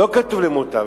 לא כתוב עליהם "למוטב".